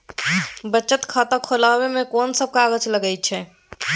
बचत खाता खुले मे कोन सब कागज लागे छै?